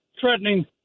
threatening